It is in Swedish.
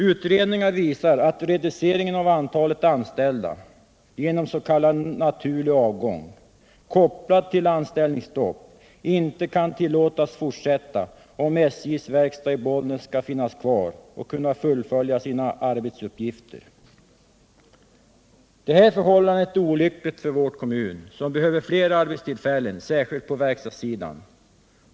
Utredningar visar att reduceringen av antalet anställda genom s.k. naturlig avgång, kopplad till anställningsstopp, inte kan tillåtas fortsätta om SJ:s verkstad i Bollnäs skall finnas kvar och kunna fullfölja sina arbetsuppgifter. Det här förhållandet är olyckligt för vår kommun, som behöver fler arbetstillfällen, särskilt på verkstadssidan.